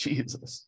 Jesus